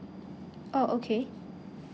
oh okay